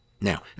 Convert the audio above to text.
Now